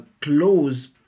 close